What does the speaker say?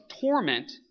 torment